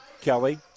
Kelly